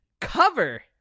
cover